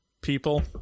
people